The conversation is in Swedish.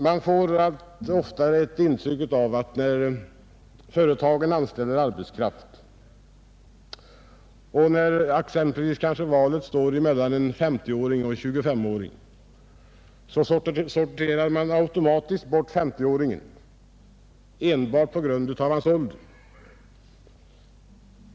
Man får alltför ofta ett intryck av att företagen vid anställandet av arbetskraft, om valet t.ex. står mellan en 2S5-åring och en 50-åring, automatiskt sorterar bort 50-åringen enbart på grund av hans ålder.